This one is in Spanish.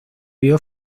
vio